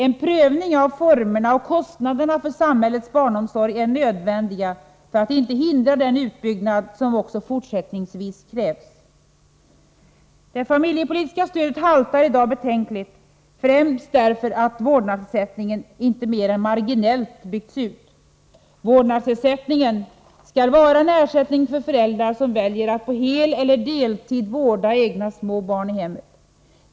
En prövning av formerna och kostnaderna för samhällets barnomsorg är nödvändig för att inte hindra den utbyggnad som också fortsättningsvis krävs. Det familjepolitiska stödet haltar i dag betänkligt främst därför att vårdnadsersättningen inte mer än marginellt byggts ut. Vårdnadsersättningen skall vara en ersättning till föräldrar som väljer att på heleller deltid vårda egna små barn i hemmet.